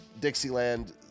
Dixieland